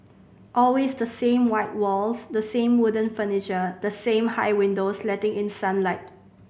always the same white walls the same wooden furniture the same high windows letting in sunlight